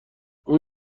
اون